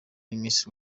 miss